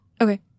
Okay